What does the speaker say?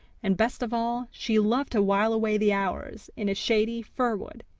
and, best of all, she loved to while away the hours in a shady fir-wood,